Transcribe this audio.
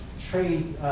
trade